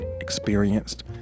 experienced